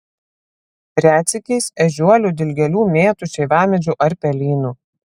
retsykiais ežiuolių dilgėlių mėtų šeivamedžių ar pelynų